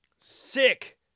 Sick